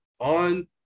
on